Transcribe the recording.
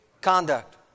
conduct